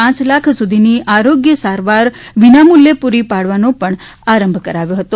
પાંચ લાખ સુધીની આરોગ્ય સારવાર વિનામૂલ્યે પૂરી પાડવાનો પણ આરંભ કરાવ્યો હતો